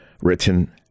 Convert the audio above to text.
written